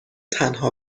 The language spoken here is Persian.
تنها